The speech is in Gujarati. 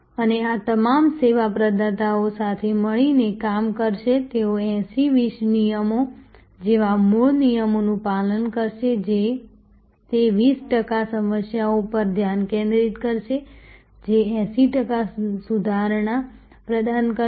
અને આ તમામ સેવા પ્રદાતાઓ સાથે મળીને કામ કરશે તેઓ 80 20 નિયમો જેવા મૂળ નિયમોનું પાલન કરશે જે તે 20 ટકા સમસ્યાઓ પર ધ્યાન કેન્દ્રિત કરશે જે 80 ટકા સુધારણા પ્રદાન કરશે